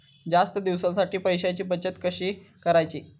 जास्त दिवसांसाठी पैशांची बचत कशी करायची?